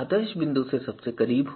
आदर्श बिंदु के सबसे करीब हो